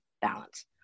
balance